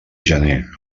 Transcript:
gener